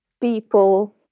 people